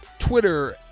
Twitter